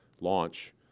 launch